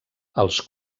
els